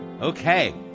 Okay